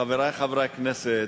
חברי חברי הכנסת,